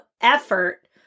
effort